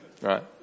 Right